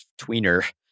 tweener